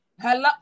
Hello